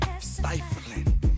Stifling